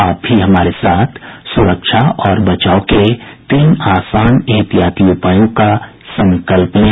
आप भी हमारे साथ सुरक्षा और बचाव के तीन आसान एहतियाती उपायों का संकल्प लें